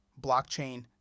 blockchain